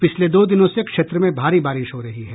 पिछले दो दिनों से क्षेत्र में भारी बारिश हो रही है